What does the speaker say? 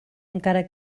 encara